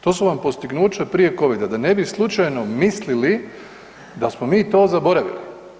To su vam postignuća prije covida da ne bi slučajno mislili da smo mi to zaboravili.